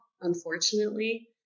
unfortunately